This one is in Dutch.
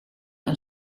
een